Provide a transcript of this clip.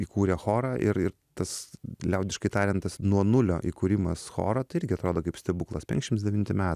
įkūrė chorą ir ir tas liaudiškai tariant tas nuo nulio įkūrimas choro tai irgi atrodo kaip stebuklas penkiašims devinti metai